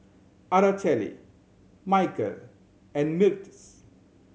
Araceli Mykel and